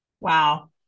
Wow